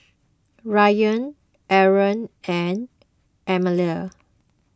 Ryan Aaron and Aminah